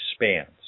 expands